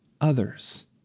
others